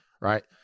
right